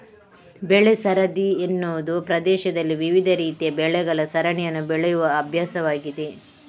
ಬೆಳೆ ಸರದಿ ಎನ್ನುವುದು ಪ್ರದೇಶದಲ್ಲಿ ವಿವಿಧ ರೀತಿಯ ಬೆಳೆಗಳ ಸರಣಿಯನ್ನು ಬೆಳೆಯುವ ಅಭ್ಯಾಸವಾಗಿದೆ